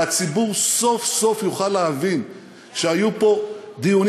והציבור סוף-סוף יוכל להבין שהיו פה דיונים